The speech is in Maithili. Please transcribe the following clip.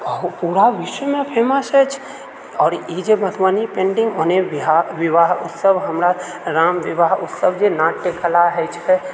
पूरा विश्वमे फेमस अछि आओर ई जे मधुबनी पेन्टिङ्ग विवाह उत्सव हमरा राम विवाह उत्सव जे नाट्यकला हइ छै